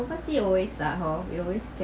oversea always ah hor we always get